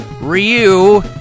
Ryu